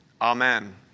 amen